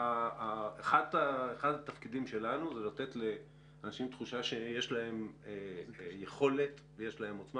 אחד התפקידים שלנו הוא לתת לאנשים תחושה שיש להם יכולת ויש להם עוצמה,